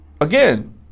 Again